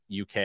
UK